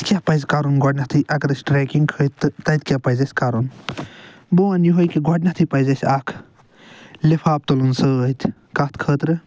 کیٛاہ پَزِ کَرُن گۄڈٕنٮ۪تھٕے اگر أسۍ ٹرٛیکِنٛگ کٔھتۍ تہٕ تتہِ کیٛاہ پٔزِ اَسہِ کَرُن بہٕ وَنہٕ یوٚہَے کہِ گۄڈنٮ۪تھٕے پَزِ اَسہِ اَکھ لِفاف تُلُن سۭتۍ کٔتھ خٲطرٕ